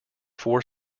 four